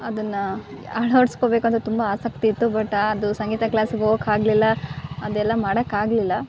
ಅದನ್ನು ಅಳ್ವಡಿಸ್ಕೋಬೇಕು ಅಂತ ತುಂಬ ಆಸಕ್ತಿಯಿತ್ತು ಬಟ್ ಆದು ಸಂಗೀತ ಕ್ಲಾಸ್ಗೆ ಹೋಗೋಕೆ ಆಗಲಿಲ್ಲ ಅದೆಲ್ಲ ಮಾಡೋಕ್ ಆಗಲಿಲ್ಲ